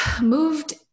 moved